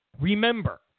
Remember